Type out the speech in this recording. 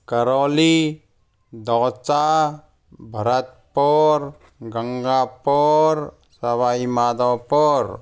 Karauli Dausa Bharatpur Gangapur Sawai Madhopur